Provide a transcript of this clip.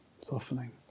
softening